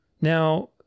Now